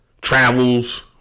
travels